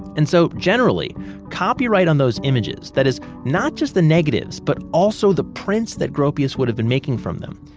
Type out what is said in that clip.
and so generally copyright on those images, that is not just the negatives, but also the prints that gropius would have been making from them,